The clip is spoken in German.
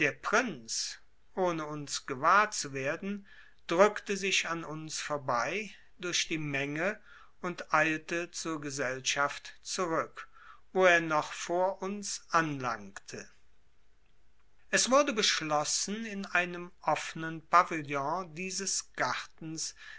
prinz ohne uns gewahr zu werden drückte sich an uns vorbei durch die menge und eilte zur gesellschaft zurück wo er noch vor uns anlangte es wurde beschlossen in einem offenen pavillon dieses gartens